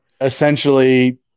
essentially